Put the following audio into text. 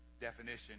definition